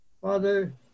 Father